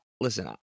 listen